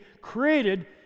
created